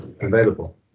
available